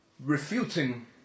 refuting